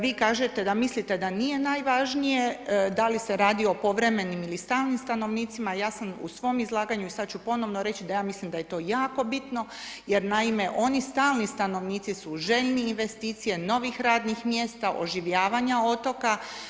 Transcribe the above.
Vi kažete da mislite da nije najvažnije da li se radi o povremenim ili stalnim stanovnicima, ja sam u svom izlaganju i sada ću ponovno reći da ja mislim da je to jako bitno jer naime oni stalni stanovnici su željeni investicije, novih radnih mjesta, oživljavanja otoka.